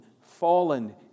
fallen